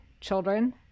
children